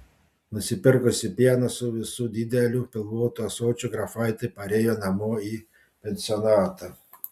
nusipirkusi pieno su visu dideliu pilvotu ąsočiu grafaitė parėjo namo į pensionatą